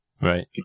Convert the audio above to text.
Right